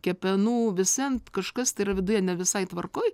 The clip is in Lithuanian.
kepenų vis vien kažkas tai yra viduje ne visai tvarkoj